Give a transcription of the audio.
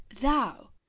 thou